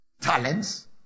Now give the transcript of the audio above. talents